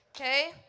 Okay